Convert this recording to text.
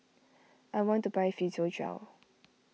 I want to buy Physiogel